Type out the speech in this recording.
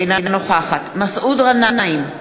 אינה נוכחת מסעוד גנאים,